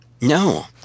No